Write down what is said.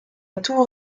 tour